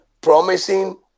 promising